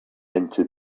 into